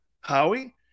Howie